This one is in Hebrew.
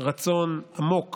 רצון עמוק